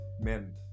men